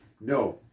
no